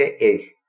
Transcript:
es